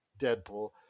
Deadpool